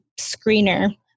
screener